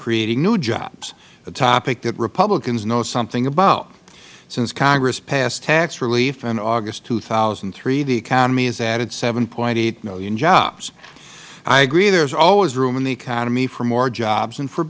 creating new jobs a topic that republicans know something about since congress passed tax relief in august two thousand and three the economy has added seven point eight million jobs i agree there is always room in the economy for more jobs and for